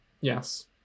Yes